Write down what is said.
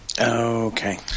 Okay